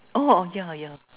orh yeah yeah